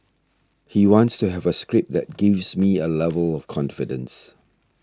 he wants to have a script that gives me a level of confidence